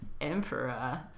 emperor